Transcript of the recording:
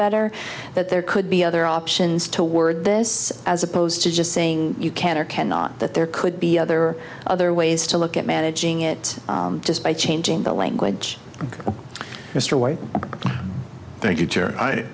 better that there could be other options to word this as opposed to just saying you can or cannot that there could be other other ways to look at managing it just by changing the language mr white thank you i